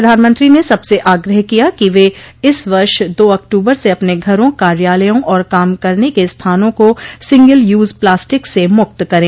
प्रधानमंत्री ने सबसे आग्रह किया कि वे इस वर्ष दो अक्टूबर से अपने घरों कार्यालयों और काम करने के स्थानों को सिंगल यूज प्लास्टिक से मुक्त करें